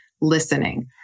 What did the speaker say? listening